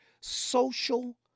Social